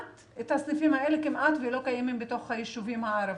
והסניפים האלה כמעט ולא קיימים בתוך היישובים הערביים.